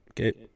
Okay